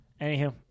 anywho